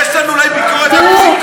יש לנו אולי ביקורת על הפסיקות,